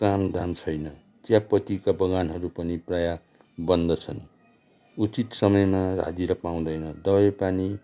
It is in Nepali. काम धाम छैन चियापत्तीका बगानहरू पनि प्रायः बन्द छन् उचित समयमा हाजिरा पाउँदैनन् दबाई पानी